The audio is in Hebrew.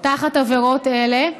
תחת עבירות אלה,